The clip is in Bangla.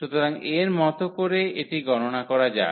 সুতরাং এর মত করে এটি গণনা করা যাক